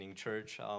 church